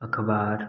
अखबार